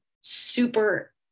super